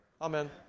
Amen